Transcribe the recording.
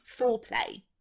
foreplay